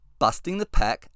bustingthepack